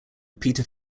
peter